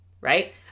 right